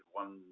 one